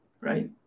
Right